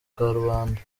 karubanda